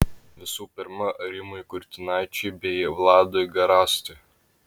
visų pirma rimui kurtinaičiui bei vladui garastui